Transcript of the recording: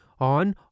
On